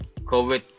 COVID